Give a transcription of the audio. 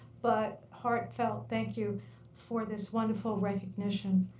but heartfelt thank you for this wonderful recognition.